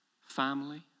family